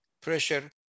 pressure